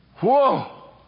Whoa